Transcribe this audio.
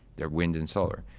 their wind and solar.